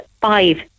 five